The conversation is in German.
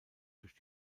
durch